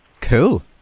Cool